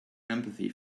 empathy